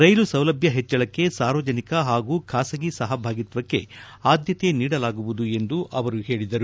ರೈಲು ಸೌಲಭ್ಯ ಹೆಚ್ಚಳಕ್ಕೆ ಸಾರ್ವಜನಿಕ ಹಾಗೂ ಖಾಸಗಿ ಸಹಭಾಗಿತ್ವಕ್ಕೆ ಆದ್ಯತೆ ನೀಡಲಾಗುವುದು ಎಂದು ಅವರು ಹೇಳಿದರು